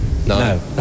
No